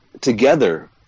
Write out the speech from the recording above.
together